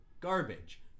Garbage